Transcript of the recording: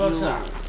you